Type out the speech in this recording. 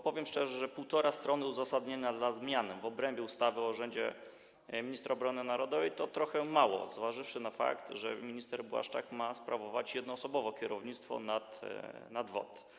Powiem szczerze, że półtorej strony uzasadnienia dla zmiany w obrębie ustawy o urzędzie Ministra Obrony Narodowej to trochę mało, zważywszy na fakt, że minister Błaszczak ma sprawować jednoosobowe kierownictwo nad WOT.